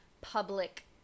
public